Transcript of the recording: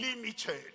limited